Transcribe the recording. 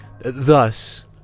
Thus